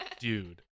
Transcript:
dude